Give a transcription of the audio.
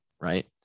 right